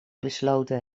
besloten